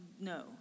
no